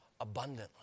abundantly